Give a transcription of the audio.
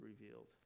revealed